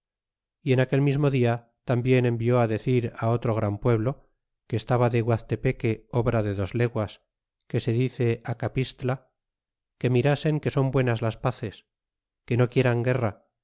y en aquel mismo dia tambien envió á decir otro gran pueblo que estaba de guaztepeque obra de dos leguas que se dice acapistla que mirasen que son buenas las paces que no quieran guerra